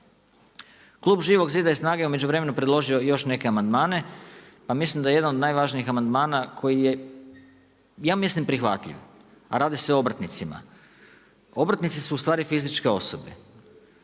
Klub Živog zida i SNAGA-e je u međuvremenu predložio još neke amandmane, pa mislim da je jedan od najvažnijih amandmana koji je ja mislim prihvatljiv, a radi se o obrtnicima. obrtnici su ustvari fizičke osobe